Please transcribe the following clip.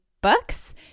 books